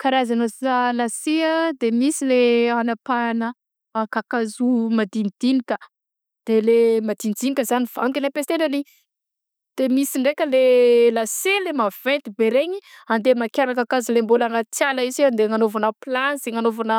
Karazana lasia de misy le anapahagna kakazo madinididinika de le madinidinika zany vangy ny ampesana an'iny de misy ndraiky lasia le maventy be regny andeha amakiagna kakazo le mbôla agnaty ala io si hoe ndeha agnaovana plansy agnanaovana